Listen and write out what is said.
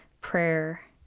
prayer